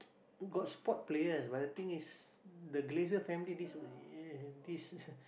got sport players but the thing is the Glazer family this this